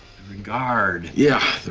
the regard. yeah. the